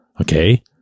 Okay